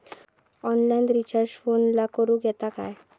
Online recharge फोनला करूक येता काय?